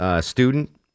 Student